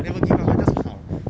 never give up I just 跑